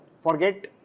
forget